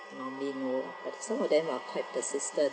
normally no lah but some of them are quite persistent